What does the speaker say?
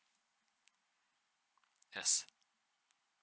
yes